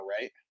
right